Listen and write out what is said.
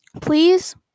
please